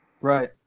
Right